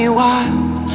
wild